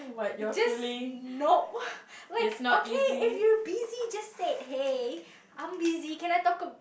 just nope like okay if you're busy just say hey I'm busy can I talk ab~